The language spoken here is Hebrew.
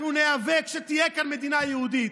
אנחנו ניאבק שתהיה כאן מדינה יהודית.